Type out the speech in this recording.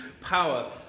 power